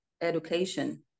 education